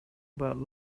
about